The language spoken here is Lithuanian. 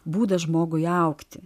būdas žmogui augti